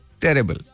Terrible